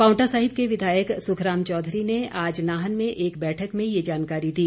पावंटा साहिब के विधायक सुखराम चौधरी ने आज नाहन में एक बैठक में ये जानकारी दी